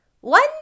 one